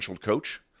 coach